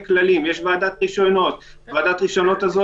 לכל מי שמבקש רישיון כניסה לשטחים המוגבלים של רשות שדות